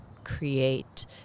create